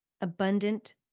abundant